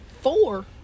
Four